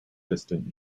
distant